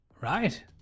Right